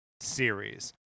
series